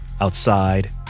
outside